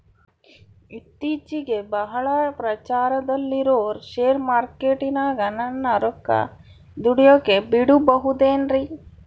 ಇತ್ತೇಚಿಗೆ ಬಹಳ ಪ್ರಚಾರದಲ್ಲಿರೋ ಶೇರ್ ಮಾರ್ಕೇಟಿನಾಗ ನನ್ನ ರೊಕ್ಕ ದುಡಿಯೋಕೆ ಬಿಡುಬಹುದೇನ್ರಿ?